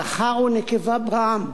זכר ונקבה בראם.